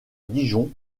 dijon